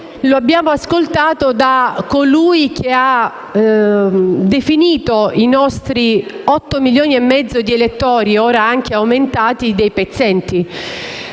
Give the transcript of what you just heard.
lo abbiamo ascoltato da colui che ha definito i nostri 8,5 milioni di elettori (ora anche aumentati) dei pezzenti,